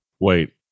Wait